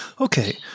Okay